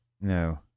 no